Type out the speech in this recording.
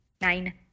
Nine